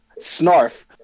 Snarf